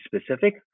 specific